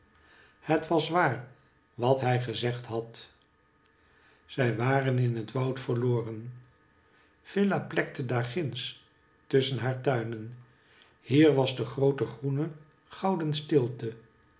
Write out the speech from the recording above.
het was men en er heerschte al almachtig het woud zij waren in het woud verloren villa plekte daarginds tusschen haar tuinen hier was de groote groene gouden stilte